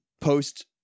post